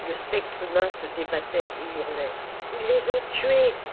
le spectre humain se débattait et hurlait ils les ont tués